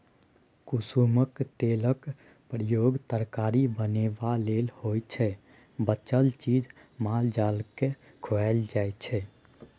कुसुमक तेलक प्रयोग तरकारी बनेबा लेल होइ छै बचल चीज माल जालकेँ खुआएल जाइ छै